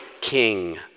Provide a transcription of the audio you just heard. king